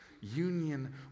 Union